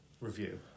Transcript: review